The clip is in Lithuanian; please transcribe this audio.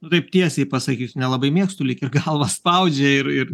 nu taip tiesiai pasakysiu nelabai mėgstu lyg ir galvą spaudžia ir ir